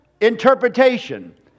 interpretation